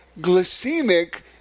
glycemic